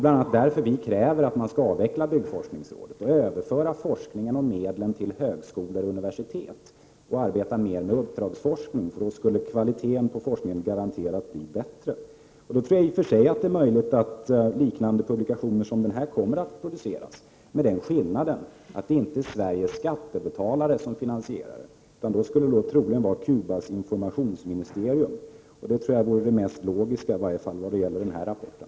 Bl.a. därför kräver vi att man skall avveckla byggforskningsrådet och överföra forskningen och medlen till högskolor och universitet och arbeta med uppdragsforskning. Då skulle kvaliteten på forskningen bli garanterat bättre. I och för sig tror jag att publikationer som liknar den ifrågavarande kommer att produceras, men skillnaden blir då att det inte är Sveriges skattebetalare som finansierar det hela. Troligen skulle det då i det här fallet bli Cubas informationsministerium. Det tror jag skulle vara det mest logiska, i varje fall när det gäller den här rapporten.